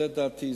זו דעתי.